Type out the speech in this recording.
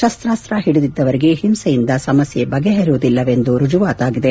ಶಸ್ತಾಸ್ತ ಹಿಡಿದಿದ್ದವರಿಗೆ ಹಿಂಸೆಯಿಂದ ಸಮಸ್ಥೆ ಬಗೆಹರಿಯುವುದಿಲ್ಲವೆಂಬುದು ರುಜುವಾತಾಗಿದೆ